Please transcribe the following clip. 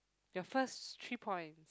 your first three points